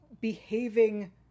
behaving